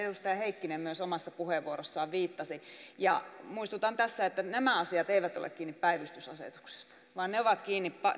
edustaja heikkinen myös omassa puheenvuorossaan viittasi muistutan tässä että nämä asiat eivät ole kiinni päivystysasetuksesta vaan ne ovat kiinni